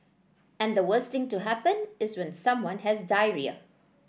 and the worst thing to happen is when someone has diarrhoea